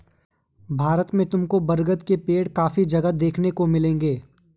भारत में तुमको बरगद के पेड़ काफी जगह देखने को मिलेंगे